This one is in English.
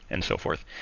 and so forth.